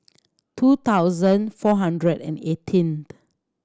two thousand four hundred and eighteenth